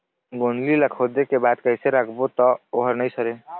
गोंदली ला खोदे के बाद कइसे राखबो त ओहर नई सरे?